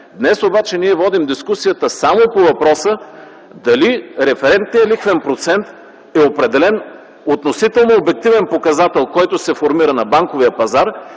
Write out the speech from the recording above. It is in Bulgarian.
Днес обаче ние водим дискусията само по въпроса дали референтният лихвен процент е определен относително обективен показател, който се формира на банковия пазар,